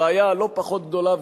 הבעיה הלא-פחות גדולה,